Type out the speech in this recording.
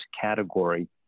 category